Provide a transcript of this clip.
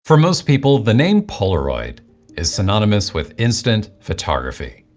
for most people, the name polaroid is synonymous with instant photography.